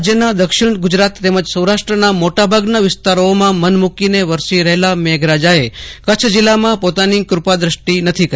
રાજ્યના દક્ષીણ ગ્રજરાત તેમજ સૌરાષ્ટ્રના મોટાભાગના વિસ્તારોમાં મન મુકીને વરસી રહેલા મેઘરાજા કચ્છ જીલ્લામાં પોતાની કૂપાદ્રષ્ટિ નથી કરી